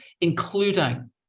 including